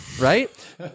right